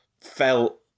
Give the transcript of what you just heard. felt